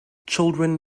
children